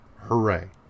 hooray